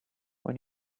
when